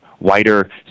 wider